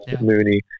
Mooney